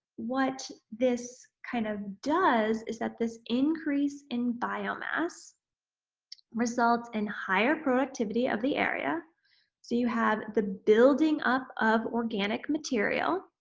what this kind of does is that this increase in biomass results in and higher productivity of the area so you have the building up of organic material,